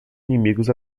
inimigos